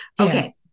Okay